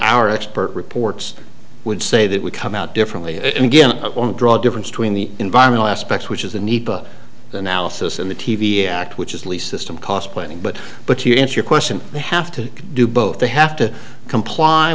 our expert reports would say that we come out differently again draw difference between the environmental aspects which is the need analysis and the t v act which is least system cost planning but but you answer your question i have to do both they have to comply